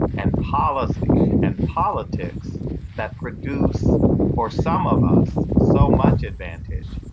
and policy, and politics that produce for some of us so much advantage,